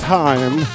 time